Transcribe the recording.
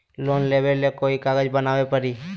Loan लेबे ले कोई कागज बनाने परी?